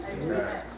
Amen